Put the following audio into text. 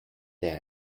they